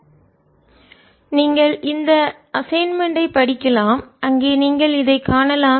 VT mgk kC 0Mb aa4 நீங்கள் இந்த assignment ஐ படிக்கலாம் அங்கே நீங்கள் இதைக் காணலாம்